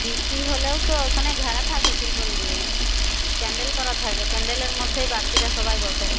বৃষ্টি হলেও তো ওখানে ঘেরা থাকে ত্রিপল দিয়ে প্যান্ডেল করা থাকে প্যান্ডেলের মধ্যেই বাড়তিরা সবাই বসে